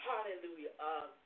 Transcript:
Hallelujah